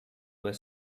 were